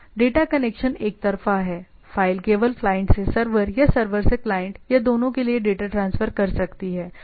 data connection एकतरफा है file केवल क्लाइंट से सर्वर या सर्वर से क्लाइंट या दोनों के लिए डेटा ट्रांसफर कर सकती है